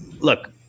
look